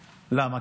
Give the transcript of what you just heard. למה?